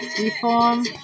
Reform